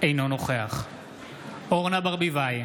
אינו נוכח אורנה ברביבאי,